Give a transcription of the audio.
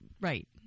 Right